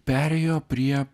perėjo prie